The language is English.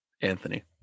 Anthony